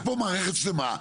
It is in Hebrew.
יש פה מערכת שלמה.